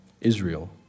Israel